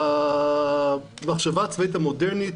במחשבה הצבאית המודרנית